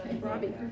Robbie